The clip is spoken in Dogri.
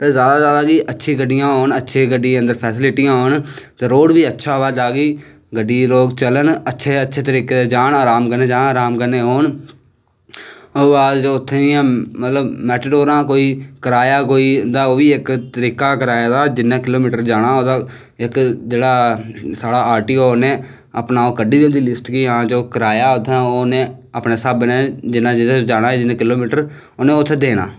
जादा तो जादा अच्छियां गड्डियां होन अच्छियां फैसलिटियां होन रोड़ बी अच्छा होऐ जानि के गड्डिये च लोग चलन अच्चे तरीके नै जान अच्छे तरीके नै औन ओह्दे बाद उत्थें दियां मैटाडोरां मतलव कोई कराया उंदा कोई इक तकरीका कराए दा जिन्ने किलो मीटर जाना जेह्कासाढ़ा आर टी ऐ उने कड्डी दी होंदी लिस्ट जो कराया ऐ उत्थें दा ओह् अपने हिसावे नै जिनै जाना जिन्ने किलो मीटर उनें उत्थें देना